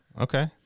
Okay